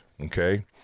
okay